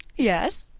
yes,